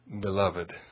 Beloved